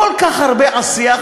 כל כך הרבה עשייה.